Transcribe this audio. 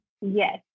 Yes